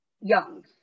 young